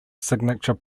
signature